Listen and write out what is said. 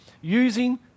using